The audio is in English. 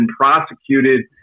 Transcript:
prosecuted